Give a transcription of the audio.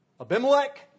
Abimelech